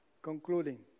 Concluding